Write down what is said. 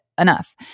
enough